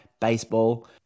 baseball